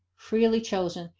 freely chosen,